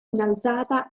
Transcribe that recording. innalzata